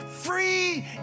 free